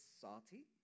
salty